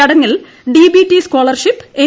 ചടങ്ങിൽ DBT scholarship N